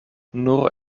nur